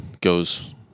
goes